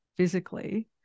physically